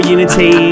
Unity